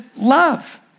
love